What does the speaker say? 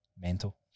Mental